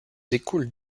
découle